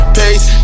pace